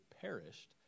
perished